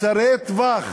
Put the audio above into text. קצרי טווח